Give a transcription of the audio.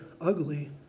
ugly